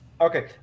Okay